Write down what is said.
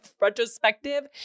retrospective